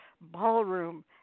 ballroom